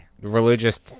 religious